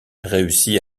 réussit